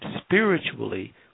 spiritually